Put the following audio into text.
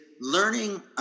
learning